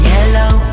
Yellow